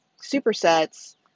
supersets